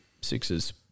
sixes